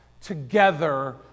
together